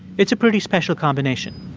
it's a pretty special combination